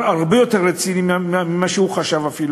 הרבה יותר רציני ממה שהוא חשב אפילו,